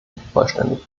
vollständig